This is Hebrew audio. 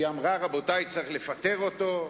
היא אמרה: רבותי, צריך לפטר אותו?